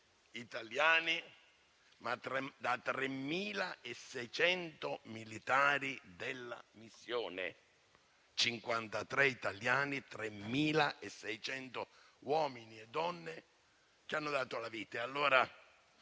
italiani, ma anche da 3.600 militari della missione: 53 italiani e 3.600 uomini e donne hanno dato la vita. È giusto